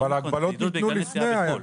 זה בידוד בגלל נסיעה לחו"ל.